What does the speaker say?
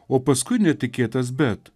o paskui netikėtas bet